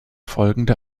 folgende